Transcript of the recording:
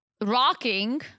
rocking